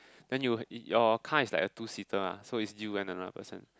then you your is like a two seater ah and is you and another person